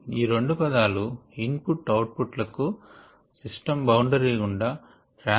ఈ రెండు పదాలు ఇన్ పుట్ అవుట్ పుట్ లకు సిస్టం బౌండరీ గుండా ట్రాన్స్ పోర్ట్ ఉంటేనే అర్ధం ఉంటుంది